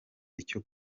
icyo